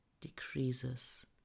decreases